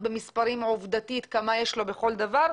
במספרים עובדתית כמה יש לו בכל דבר,